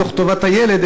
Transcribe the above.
מתוך ראיית טובת הילד,